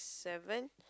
seven